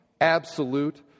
Absolute